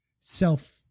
self